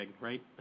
right